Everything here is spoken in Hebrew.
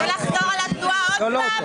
רוצה לחזור על התנועה עוד פעם?